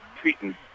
treating